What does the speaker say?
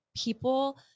people